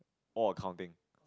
all acounting